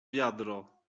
wiadro